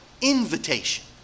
Invitation